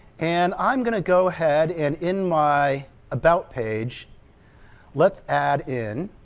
and i'm going to go ahead and in my about page let's add in